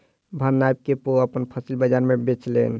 भार नाइप के ओ अपन फसिल बजार में बेचलैन